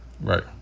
Right